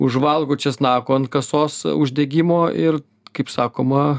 užvalgo česnako ant kasos uždegimo ir kaip sakoma